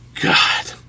God